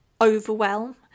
overwhelm